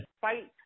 fight